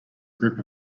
group